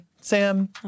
Sam